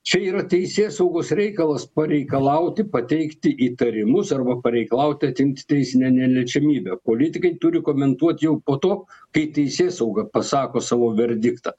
čia yra teisėsaugos reikalas pareikalauti pateikti įtarimus arba pareikalauti atimt teisinę neliečiamybę politikai turi komentuot jau po to kai teisėsauga pasako savo verdiktą